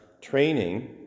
training